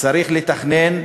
צריך לתכנן,